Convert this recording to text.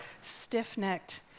stiff-necked